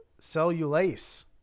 cellulase